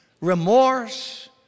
remorse